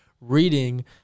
reading